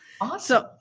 Awesome